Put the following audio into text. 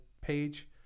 page